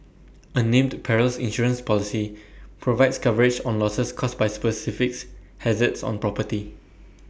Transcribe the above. A named Perils Insurance Policy provides coverage on losses caused by specifics hazards on property